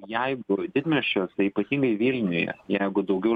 jeigu didmiesčiuose ypatingai vilniuje jeigu daugiau